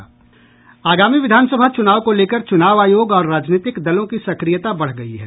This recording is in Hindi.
आगामी विधानसभा चुनाव को लेकर चुनाव आयोग और राजनीतिक दलों की सक्रियता बढ़ गई है